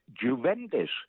Juventus